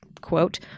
quote